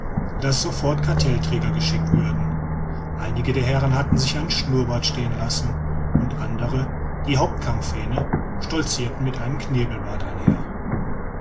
daß sofort cartellträger geschickt würden einige der herren hatten sich einen schnurrbart stehen lassen und andere die haupt kampfhähne stolzirten mit einem knebelbart einher